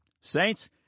Saints